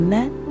Let